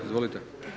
Izvolite.